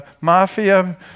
Mafia